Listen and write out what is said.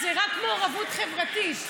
זה רק מעורבות חברתית,